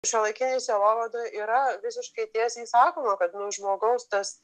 šiuolaikinėj sielovadoj yra visiškai tiesiai sakoma kad žmogaus tas